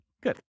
Good